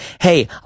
hey